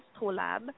Astrolab